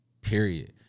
period